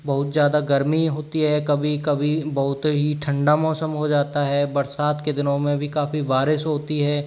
बहुत ज़्यादा गर्मी होती है कभी कभी बहुत ही ठंडा मौसम हो जाता है बरसात के दिनों में भी काफ़ी बारिश होती है